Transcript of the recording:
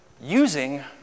using